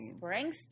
Springsteen